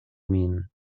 min